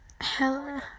Hello